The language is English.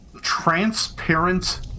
transparent